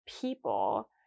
people